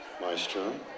Maestro